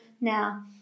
Now